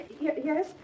yes